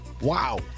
Wow